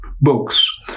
books